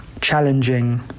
challenging